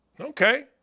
Okay